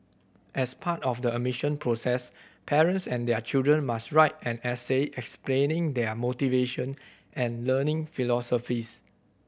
as part of the admission process parents and their children must write an essay explaining their motivation and learning philosophies